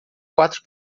quatro